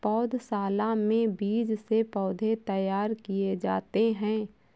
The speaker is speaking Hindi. पौधशाला में बीज से पौधे तैयार किए जाते हैं